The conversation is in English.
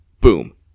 boom